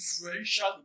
differential